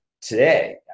today